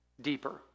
deeper